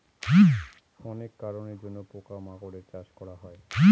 অনেক কারনের জন্য পোকা মাকড়ের চাষ করা হয়